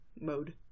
mode